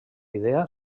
idea